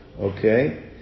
okay